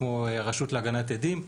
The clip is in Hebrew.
כמו הרשות להגנת עדים,